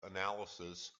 analysis